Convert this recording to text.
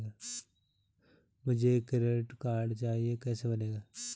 मुझे credit card चाहिए कैसे बनेगा?